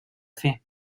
fer